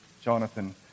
Jonathan